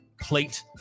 plate